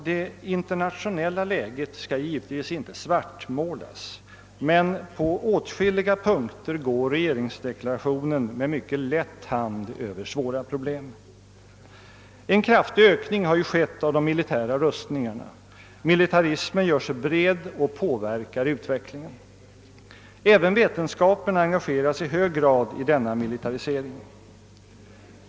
Det internationella lägei skall givetvis inte svartmålas, men på åtskilliga punkter går regeringsdeklarationen med mycket lätt hand över svåra problem. En kraftig ökning har ju skett av de militära rustningarna; militarismen gör sig bred och påverkar utvecklingen. Även vetenskapen engageras i hög grad i denna militarisering.